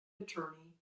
attorney